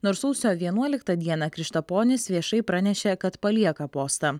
nors sausio vienuoliktą dieną krištaponis viešai pranešė kad palieka postą